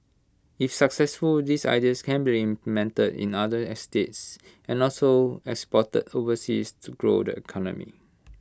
if successful these ideas can be implemented in other estates and also exported overseas to grow the economy